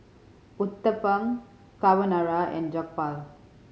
Uthapam Carbonara and Jokbal